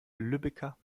lübecker